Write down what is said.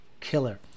killer